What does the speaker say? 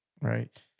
Right